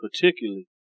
particularly